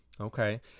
Okay